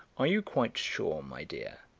are you quite sure, my dear,